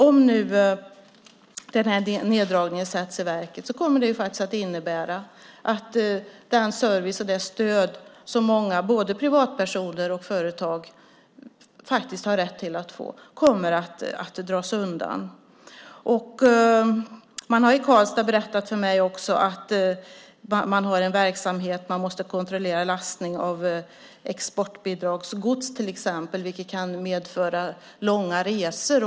Om neddragningen sätts i verket kommer det att innebära att den service och det stöd som både privatpersoner och företag har rätt att få kommer att dras undan. Man har i Karlstad också berättat för mig att man har en verksamhet där man till exempel måste kontrollera lastning av exportbidragsgods. Det kan medföra långa resor.